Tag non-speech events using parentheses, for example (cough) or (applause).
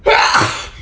(noise)